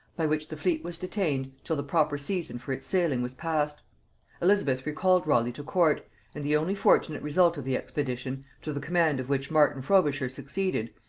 by which the fleet was detained till the proper season for its sailing was past elizabeth recalled raleigh to court and the only fortunate result of the expedition, to the command of which martin frobisher succeeded,